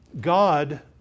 God